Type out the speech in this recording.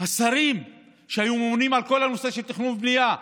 השרים שהיו ממונים על כל הנושא של תכנון ובנייה.